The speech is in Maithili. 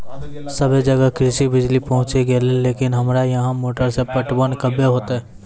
सबे जगह कृषि बिज़ली पहुंची गेलै लेकिन हमरा यहाँ मोटर से पटवन कबे होतय?